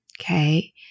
Okay